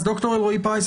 ד"ר אלרעי-פרייס,